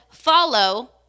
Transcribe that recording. Follow